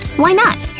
why not?